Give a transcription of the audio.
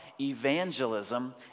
evangelism